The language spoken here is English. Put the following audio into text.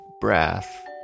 breath